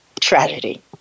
tragedy